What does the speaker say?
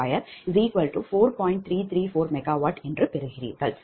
334 MW என்று பெறுவீர்கள்